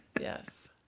Yes